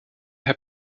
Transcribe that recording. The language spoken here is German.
herr